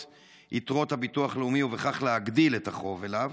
את יתרות הביטוח הלאומי ובכך להגדיל את החוב אליו?